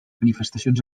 manifestacions